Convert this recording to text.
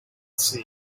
see